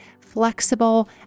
flexible